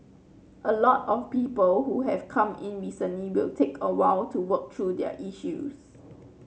a lot of people who have come in recently will take a while to work through their issues